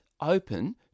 open